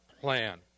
plan